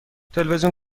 تلویزیون